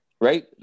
right